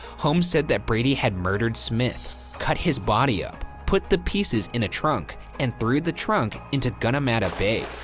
holmes said that brady had murdered smith, cut his body up, put the pieces in a trunk and threw the trunk into gunnamatta bay.